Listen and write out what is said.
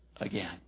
again